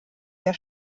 der